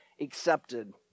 accepted